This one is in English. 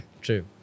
True